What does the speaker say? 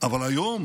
אבל היום